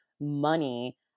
money